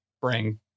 bring